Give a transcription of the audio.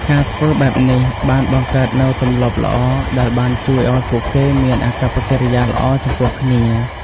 ការធ្វើបែបនេះបានបង្កើតនូវទម្លាប់ល្អដែលបានជួយឲ្យពួកគេមានអាកប្បកិរិយាល្អចំពោះគ្នា។